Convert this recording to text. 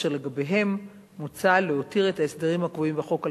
אשר לגביהם מוצע להותיר את ההסדרים הקבועים בחוק על